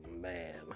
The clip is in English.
man